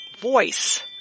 voice